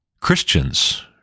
Christians